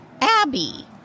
Abby